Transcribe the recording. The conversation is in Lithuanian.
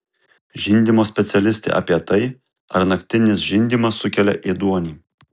žindymo specialistė apie tai ar naktinis žindymas sukelia ėduonį